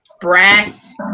brass